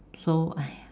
so !aiya!